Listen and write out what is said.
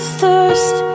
thirst